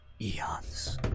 eons